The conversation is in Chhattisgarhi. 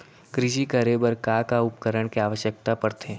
कृषि करे बर का का उपकरण के आवश्यकता परथे?